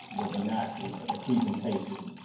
their vernacular, their presentation?